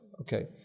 Okay